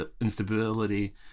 instability